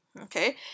okay